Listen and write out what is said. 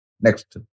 Next